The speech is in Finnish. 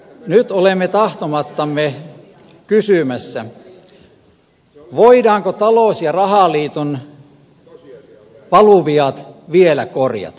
nyt olemme tahtomattamme kysymässä voidaanko talous ja rahaliiton valuviat vielä korjata